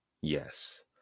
Yes